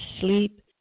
sleep